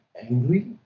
angry